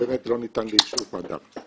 שבאמת לא ניתן ליישוב גם.